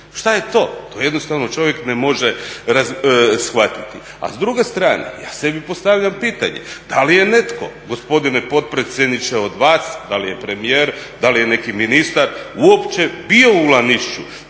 Šta je to? To jednostavno čovjek ne može shvatiti. A s druge strane ja sebi postavljam pitanje, da li je netko gospodine potpredsjedniče od vas, da li je premijer, da li je neki ministar uopće bio u Lanišću